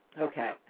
Okay